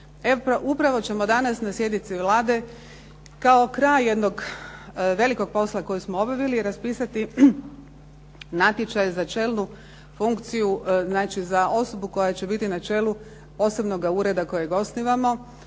Upravo ćemo danas na sjednici Vlade kao kraj jednog velikog posla koji smo obavili raspisati natječaje za čelnu funkciju, znači za osobu koja će biti na čelu posebnoga ureda kojeg osnivamo,